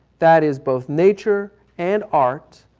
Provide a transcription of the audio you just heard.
that is both nature and art,